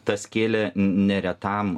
tas kėlė neretam